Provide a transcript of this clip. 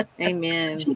Amen